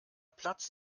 platz